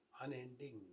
unending